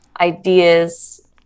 ideas